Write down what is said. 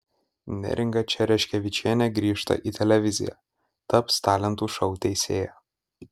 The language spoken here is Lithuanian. neringa čereškevičienė grįžta į televiziją taps talentų šou teisėja